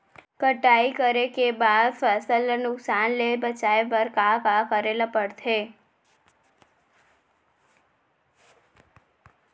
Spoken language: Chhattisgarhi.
कटाई करे के बाद फसल ल नुकसान ले बचाये बर का का करे ल पड़थे?